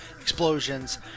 explosions